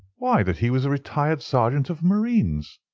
why, that he was a retired sergeant of marines.